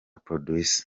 producer